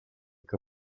que